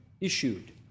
issued